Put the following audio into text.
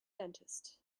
dentist